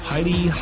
Heidi